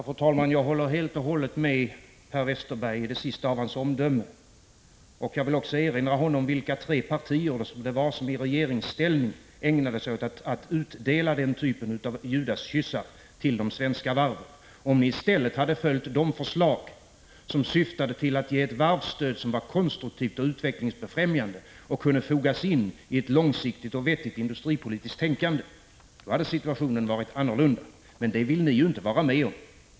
Fru talman! Jag håller helt och hållet med Per Westerberg i det sista av hans omdömen. Jag vill också erinra honom om vilka tre partier det var som i regeringsställning ägnade sig åt att utdela den typen av Judaskyssar till de svenska varven. Om ni i stället hade följt de förslag som syftade till att ge ett varvsstöd som var konstruktivt och utvecklingsbefrämjande och kunde fogas in i ett långsiktigt och vettigt industripolitiskt tänkande, då hade situationen varit annorlunda. Men det ville ni inte vara med om.